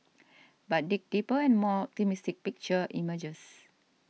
but dig deeper and a more optimistic picture emerges